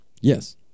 yes